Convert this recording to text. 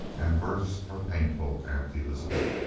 and births are painful, aunt elizabeth!